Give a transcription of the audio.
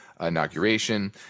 inauguration